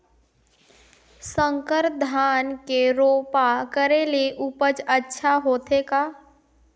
संकर धान के रोपा करे ले उपज अच्छा होथे का?